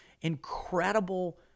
incredible